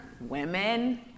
women